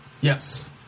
Yes